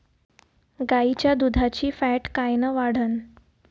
गाईच्या दुधाची फॅट कायन वाढन?